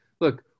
look